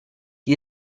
gli